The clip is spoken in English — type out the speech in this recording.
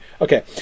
Okay